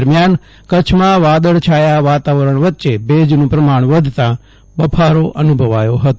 દરમિયાન કચ્છમાં વાદળ છાયા વાતાવરણ વચ્ચે ભેજનું પ્રમાણ વધતાં બફારો અનુભવાયો હતો